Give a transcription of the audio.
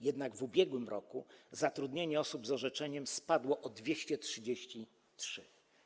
Jednak w ubiegłym roku liczba zatrudnionych osób z orzeczeniem spadła o 233.